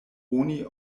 oni